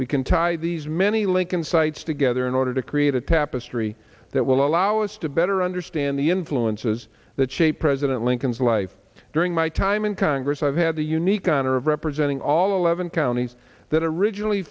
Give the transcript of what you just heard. we can tie these many lincoln sites together in order to create a tapestry that will allow us to better understand the influences that shaped president lincoln's life during my time in congress i've had the unique honor of representing all eleven counties that originally